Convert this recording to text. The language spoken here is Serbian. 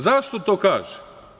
Zašto to kažem?